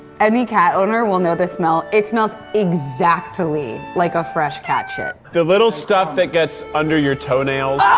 any cat owner will know this smell. it smells exactly like a fresh cat shit. the little stuff that gets under your toe nails.